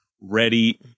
ready